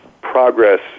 progress